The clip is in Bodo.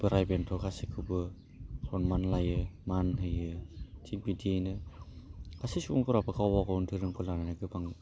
बोराय बेन्थु गासैखौबो सनमान लायो मान होयो थिग बिदियैनो गासै सुबुंफोरा गावबा गावनि दोरोमखौ जों गोबां